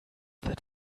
that